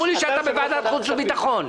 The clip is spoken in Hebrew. אמרו לי שאתה בוועדת חוץ וביטחון.